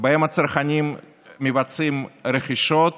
שבהן הצרכנים מבצעים רכישות